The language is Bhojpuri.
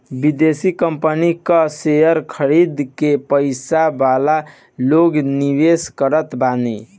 विदेशी कंपनी कअ शेयर खरीद के पईसा वाला लोग निवेश करत बाने